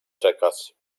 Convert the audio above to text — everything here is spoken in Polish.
czekać